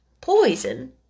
poison